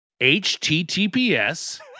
HTTPS